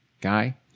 guy